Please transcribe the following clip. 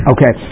Okay